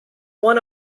one